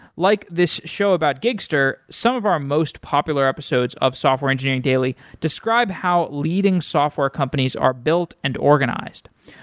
like this show about gigster, some of our most popular episodes of software engineering daily describe how leading software companies are built and organized.